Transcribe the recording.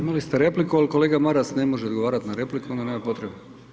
Imali ste repliku, ali kolega Maras ne može odgovarat na repliku, onda nema potrebe.